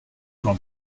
qu’en